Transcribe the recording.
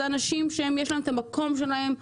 זה אנשים שיש להם את המקום שלהם,